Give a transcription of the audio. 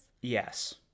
Yes